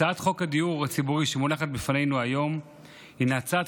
הצעת חוק הדיור הציבורי שמונחת בפנינו היום היא צעד